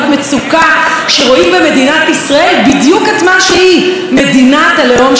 שרואים במדינת ישראל בדיוק את מה שהיא: מדינת הלאום של העם היהודי.